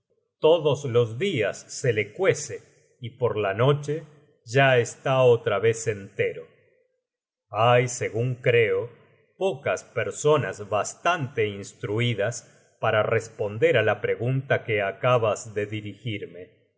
todos los dias se le cuece y por la noche ya está otra vez entero hay segun creo pocas personas bastante instruidas para responder á la pregunta que acabas de dirigirme